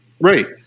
Right